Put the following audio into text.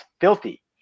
filthy